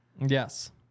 Yes